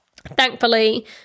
Thankfully